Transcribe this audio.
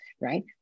right